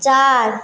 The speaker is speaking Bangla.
চার